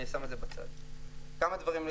אבל אני שם את זה בצד.